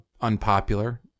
unpopular